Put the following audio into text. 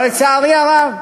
אבל, לצערי הרב,